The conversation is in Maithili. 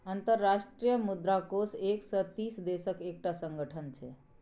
अंतर्राष्ट्रीय मुद्रा कोष एक सय तीस देशक एकटा संगठन छै